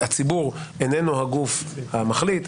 הציבור איננו הגוף המחליט,